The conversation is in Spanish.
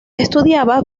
estudiaba